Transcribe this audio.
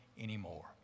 anymore